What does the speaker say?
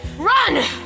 Run